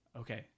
okay